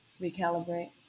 recalibrate